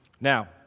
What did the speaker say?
Now